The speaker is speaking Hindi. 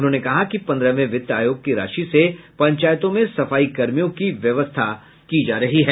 उन्होंने कहा कि पन्द्रहवें वित्त आयोग की राशि से पंचायतों में सफाईकर्मियों की व्यवस्था की जा रही है